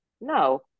no